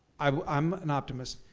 i'm i'm an optimist.